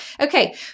Okay